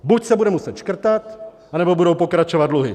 Buď se bude muset škrtat, anebo budou pokračovat dluhy.